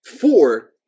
Four